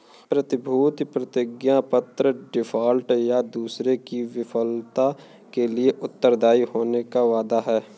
प्रतिभूति प्रतिज्ञापत्र डिफ़ॉल्ट, या दूसरे की विफलता के लिए उत्तरदायी होने का वादा है